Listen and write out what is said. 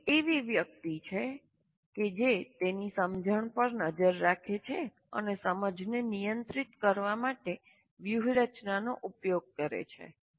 તે એક એવી વ્યક્તિ છે કે જે તેની સમજણ પર નજર રાખે છે અને સમજને નિયંત્રિત કરવા માટે વ્યૂહરચનાનો ઉપયોગ કરે છે